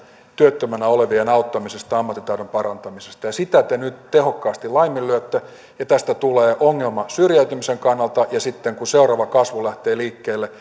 työttömänä olevien auttamisesta ja ammattitaidon parantamisesta ja sitä te nyt tehokkaasti laiminlyötte ja tästä tulee ongelma syrjäytymisen kannalta ja sitten kun seuraava kasvu lähtee liikkeelle